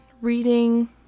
reading